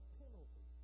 penalty